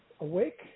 awake